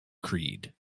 creed